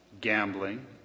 gambling